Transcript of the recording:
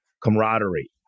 camaraderie